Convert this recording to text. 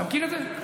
אתה מכיר את זה?